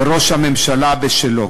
וראש הממשלה בשלו.